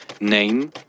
Name